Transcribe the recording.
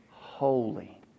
holy